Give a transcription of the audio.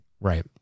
Right